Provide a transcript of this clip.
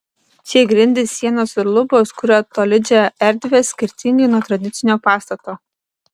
čia grindys sienos ir lubos kuria tolydžią erdvę skirtingai nuo tradicinio pastato